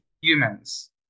humans